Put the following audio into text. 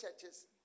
churches